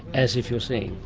as if you are seeing.